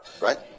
Right